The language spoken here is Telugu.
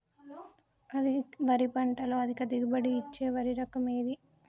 వరి పంట లో అధిక దిగుబడి ఇచ్చే వరి రకం ఏది?